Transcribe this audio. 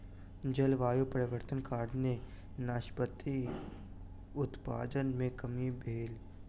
जलवायु परिवर्तनक कारणेँ नाशपाती उत्पादन मे कमी भेल